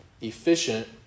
efficient